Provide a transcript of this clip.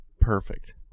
Perfect